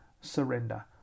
surrender